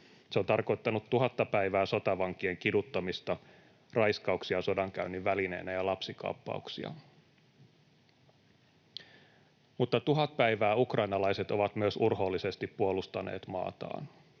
Se on tarkoittanut tuhatta päivää sotavankien kiduttamista, raiskauksia sodankäynnin välineenä ja lapsikaappauksia. Mutta tuhat päivää ukrainalaiset ovat myös urhoollisesti puolustaneet maataan.